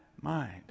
mind